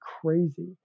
crazy